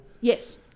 yes